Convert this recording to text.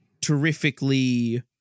Terrifically